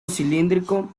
cilíndrico